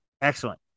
excellent